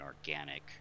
organic